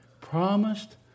promised